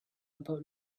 about